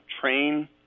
train